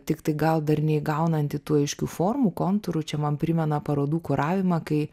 tiktai gal dar neįgaunanti tų aiškių formų kontūrų čia man primena parodų kuravimą kai